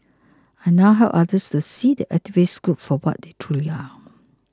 I now help others to see the activist group for what they truly are